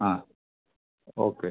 ആ ഓക്കെ